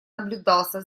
наблюдался